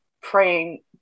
praying